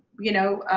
you know,